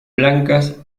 blancas